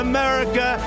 America